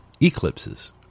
eclipses